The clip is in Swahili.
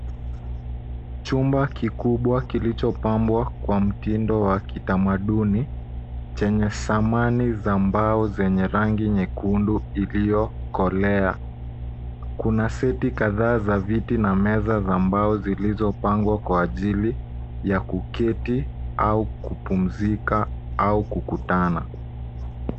Chumba kikubwa kilichopambwa kwa mtindo wa kitamaduni chenye samani za mbao zenye rangi nyekundu iliyokolea. Kuna seti kadhaa za viti na meza za mbao zilizopangwa kwa ajili ya kuketi au kupumzika au kukutana.